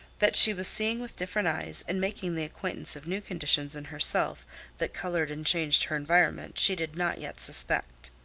that she was seeing with different eyes and making the acquaintance of new conditions in herself that colored and changed her environment, she did not yet suspect.